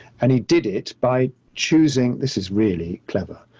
and he did it by choosing, this is really clever,